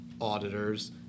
auditors